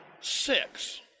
six